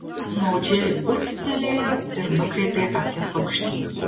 apmaudžiai urgztelėjo ir nukreipė akis aukštyn